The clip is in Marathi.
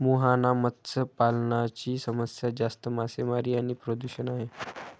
मुहाना मत्स्य पालनाची समस्या जास्त मासेमारी आणि प्रदूषण आहे